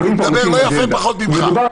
מדבר יפה לא פחות ממך.